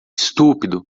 estúpido